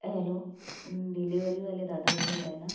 hello डिलीवरीवाले दादा बोलत आहे ना